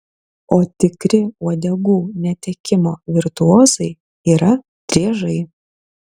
o tikri uodegų netekimo virtuozai yra driežai